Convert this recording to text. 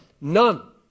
None